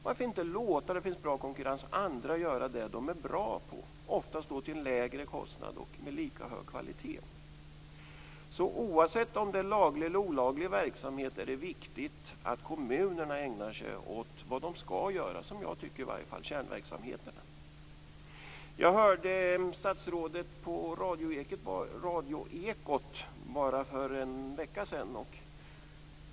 Varför inte, där det finns bra konkurrens, låta andra göra det de är bra på, ofta till en lägre kostnad och med lika hög kvalitet? Oavsett om det är laglig eller olaglig verksamhet är det viktigt att kommunerna ägnar sig åt det de skall göra, vilket jag tycker är kärnverksamheterna. Jag hörde statsrådet på Radioekot för en vecka sedan.